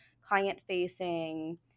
client-facing